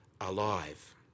alive